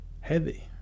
heavy